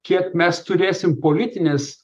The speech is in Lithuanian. kiek mes turėsim politinės